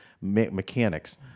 mechanics